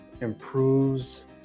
improves